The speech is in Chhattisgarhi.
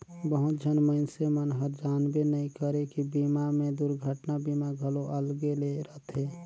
बहुत झन मइनसे मन हर जानबे नइ करे की बीमा मे दुरघटना बीमा घलो अलगे ले रथे